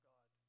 God